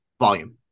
Volume